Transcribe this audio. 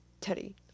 Teddy